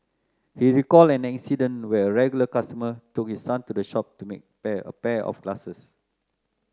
he recalled an incident where a regular customer took his son to the shop to make a pair a pair of glasses